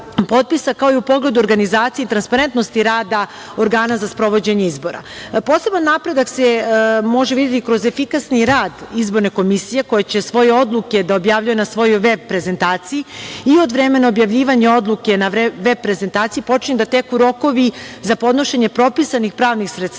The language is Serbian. kao i u pogledu organizacije i transparentnosti rada organa za sprovođenje izbora. Poseban napredak se može videti kroz efikasni rad izborne komisije, koja će svoje odluke da objavljuje na svojoj VEB prezentaciji i od vremena objavljivanja odluke na VEB prezentaciji počinju da teku rokovi za podnošenje propisanih pravnih sredstava